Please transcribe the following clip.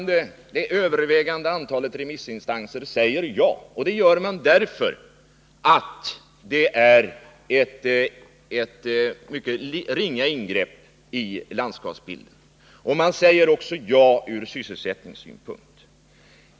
Det övervägande antalet remissinstanser säger ja till en utbyggnad, och det gör man bl.a. därför att det innebär ett mycket litet ingrepp i landskapsbilden. Man säger ja också av sysselsättningsskäl.